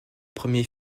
premier